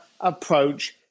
approach